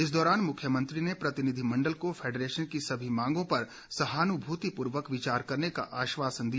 इस दौरान मुख्यमंत्री ने प्रतिनिधिमंडल को फैडरेशन की सभी मांगों पर सहानुभूतिपूर्वक विचार करने का आश्वासन दिया